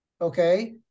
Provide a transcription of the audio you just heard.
okay